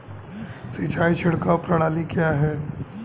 सिंचाई छिड़काव प्रणाली क्या है?